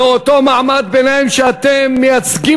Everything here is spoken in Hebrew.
לאותו מעמד ביניים שאתם מייצגים?